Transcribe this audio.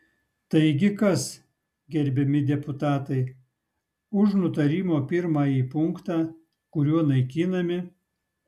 taigi kas gerbiami deputatai už nutarimo pirmąjį punktą kuriuo naikinami